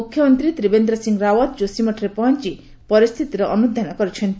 ମୁଖ୍ୟମନ୍ତ୍ରୀ ତ୍ରିବେନ୍ଦ୍ର ସିଂହ ରାଓ୍ୱତ୍ ଯୋଶିମଠରେ ପହଞ୍ଚ ପରିସ୍ଥିତିର ଅନୁଧ୍ୟାନ କରିଛନ୍ତି